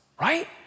right